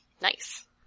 Nice